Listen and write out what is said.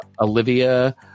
Olivia